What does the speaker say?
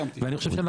אני לא סיימתי.